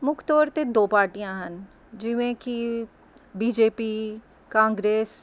ਮੁੱਖ ਤੌਰ 'ਤੇ ਦੋ ਪਾਰਟੀਆਂ ਹਨ ਜਿਵੇਂ ਕਿ ਬੀ ਜੇ ਪੀ ਕਾਂਗਰਸ